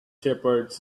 shepherds